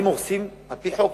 אם הורסים על-פי חוק,